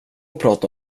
prata